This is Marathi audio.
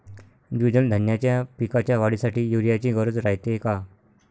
द्विदल धान्याच्या पिकाच्या वाढीसाठी यूरिया ची गरज रायते का?